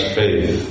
faith